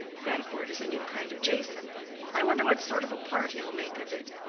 grandcourt is a new kind of jason i wonder what sort of a part he'll make of it.